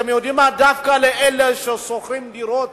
אתם יודעים מה, דווקא אלה ששוכרים דירות,